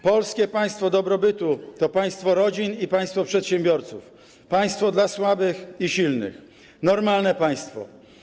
Polskie państwo dobrobytu to państwo rodzin i państwo przedsiębiorców, państwo dla słabych i silnych - normalne państwo.